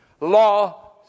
Law